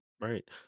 right